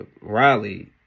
Riley